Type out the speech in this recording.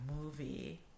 movie